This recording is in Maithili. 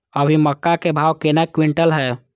अभी मक्का के भाव केना क्विंटल हय?